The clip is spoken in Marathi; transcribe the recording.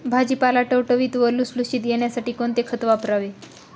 भाजीपाला टवटवीत व लुसलुशीत येण्यासाठी कोणते खत वापरावे?